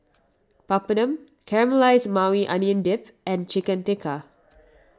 Papadum Caramelized Maui Onion Dip and Chicken Tikka